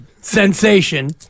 sensation